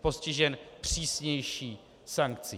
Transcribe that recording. postižen přísnější sankcí.